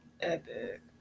Epic